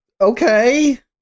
okay